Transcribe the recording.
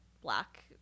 black